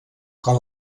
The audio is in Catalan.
com